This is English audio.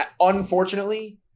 unfortunately